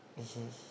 mmhmm